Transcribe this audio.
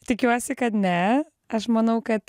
tikiuosi kad ne aš manau kad